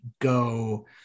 go